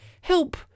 help